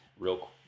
Real